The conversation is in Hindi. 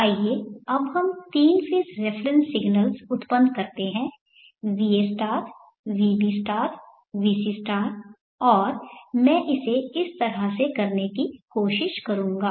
आइए अब हम 3 फेज़ रेफरेन्स सिग्नल्स उत्पन्न करते हैं va vb vc और मैं इसे इस तरह से करने की कोशिश करूंगा